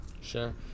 Sure